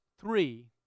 three